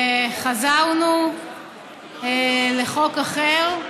חזרנו לחוק אחר,